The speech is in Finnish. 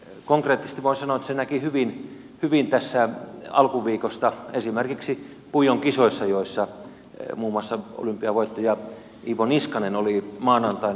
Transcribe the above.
konkreettisesti voin sanoa että sen näki hyvin tässä alkuviikosta esimerkiksi puijon kisoissa joissa muun muassa olympiavoittaja iivo niskanen oli maanantaina paikalla